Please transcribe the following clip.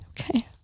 Okay